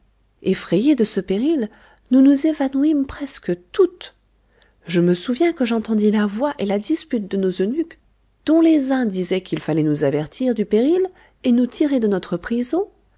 effrayées de ce péril nous nous évanouîmes presque toutes je me souviens que j'entendis la voix et la dispute de nos eunuques dont les uns disoient qu'il falloit nous avertir du péril et nous tirer de notre prison